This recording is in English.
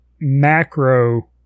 macro